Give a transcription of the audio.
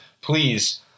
Please